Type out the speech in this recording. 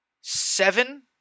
seven